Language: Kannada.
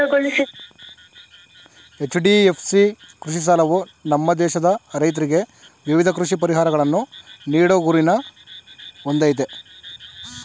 ಎಚ್.ಡಿ.ಎಫ್.ಸಿ ಕೃಷಿ ಸಾಲವು ನಮ್ಮ ದೇಶದ ರೈತ್ರಿಗೆ ವಿವಿಧ ಕೃಷಿ ಪರಿಹಾರಗಳನ್ನು ನೀಡೋ ಗುರಿನ ಹೊಂದಯ್ತೆ